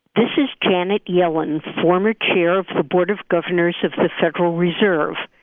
this is janet yellen, former chair of the board of governors of the federal reserve.